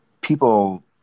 people